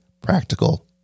practical